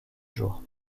jour